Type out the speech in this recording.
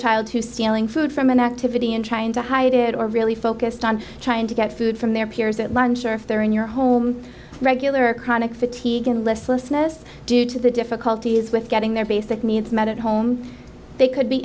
child who's stealing food from an activity and trying to hide it or really focused on trying to get food from their peers at lunch or if they're in your home regular chronic fatigue in listlessness due to the difficulties with getting their basic needs met at home they could be